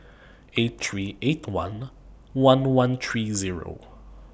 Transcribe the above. eight three eight one one one three Zero